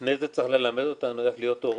לפני זה צריך ללמד אותנו איך להיות הורים.